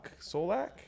Solak